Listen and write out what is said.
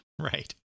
Right